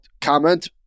comment